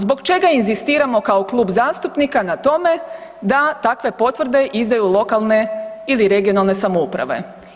Zbog čega inzistiramo kao Klub zastupnika na tome da takve potvrde izdaju lokalne ili regionalne samouprave?